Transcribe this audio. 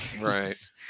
Right